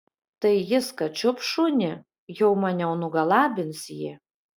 tai jis kad čiups šunį jau maniau nugalabins jį